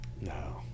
No